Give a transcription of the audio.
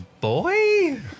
boy